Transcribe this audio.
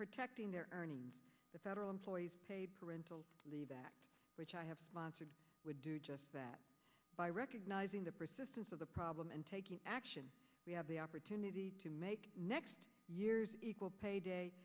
protecting their the federal employees paid parental leave that which i have sponsored would do just that by recognizing the persistence of the problem and taking action we have the opportunity to make next year's equal pay day